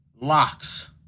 locks